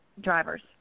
drivers